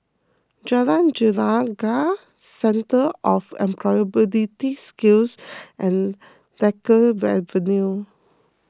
Jalan Gelegar Centre for Employability Skills and Drake Avenue